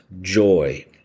joy